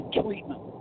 treatment